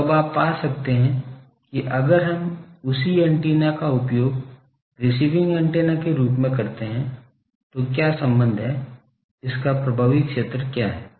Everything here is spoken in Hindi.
तो अब आप पा सकते हैं कि अगर हम उसी एंटीना का उपयोग रिसीविंग ऐन्टेना के रूप में करते हैं तो क्या संबंध है इसका प्रभावी क्षेत्र क्या है